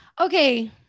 Okay